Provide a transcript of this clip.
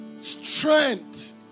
strength